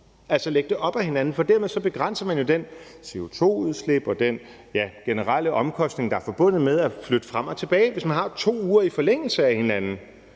altså lægge det op ad hinanden. Dermed begrænser man jo det CO2-udslip og den generelle omkostning, der er forbundet med at flytte frem og tilbage. Hvis man har to uger i forlængelse af hinanden,